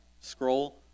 scroll